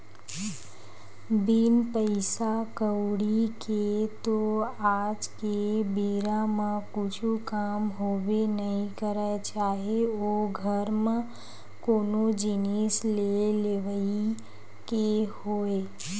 बिन पइसा कउड़ी के तो आज के बेरा म कुछु काम होबे नइ करय चाहे ओ घर म कोनो जिनिस के लेवई के होवय